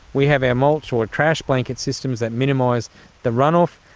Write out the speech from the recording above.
we have our mulch or trash blanket systems that minimise the runoff.